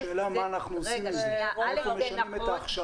שאלה מה אנחנו עושים עם זה, איפה משנים את ההכשרה.